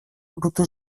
burutu